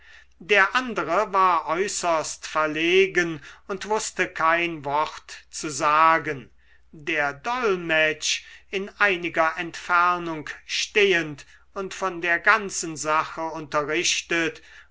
der andere war äußerst verlegen und wußte kein wort zu sagen der dolmetsch in einiger entfernung stehend und von der ganzen sache unterrichtet